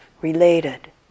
related